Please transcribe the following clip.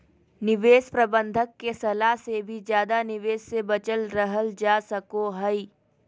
निवेश प्रबंधक के सलाह से भी ज्यादा निवेश से बचल रहल जा सको हय